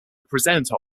presenter